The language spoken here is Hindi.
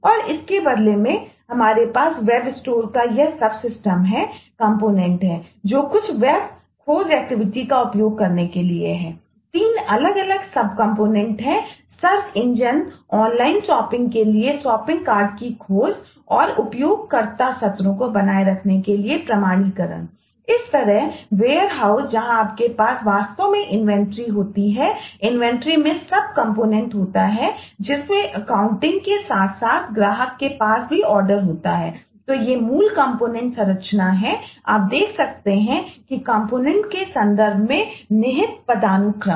और इसके बदले में हमारे पास वेब स्टोर के संदर्भ में निहित पदानुक्रम